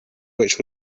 which